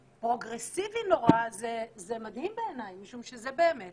פרוגרסיבי נורא זה מדהים בעיניי משום שאלה באמת